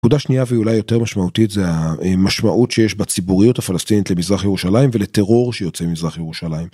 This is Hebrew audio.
נקודה שנייה ואולי יותר משמעותית זה המשמעות שיש בציבוריות הפלסטינית למזרח ירושלים ולטרור שיוצא ממזרח ירושלים.